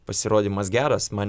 pasirodymas geras man